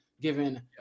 given